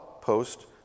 post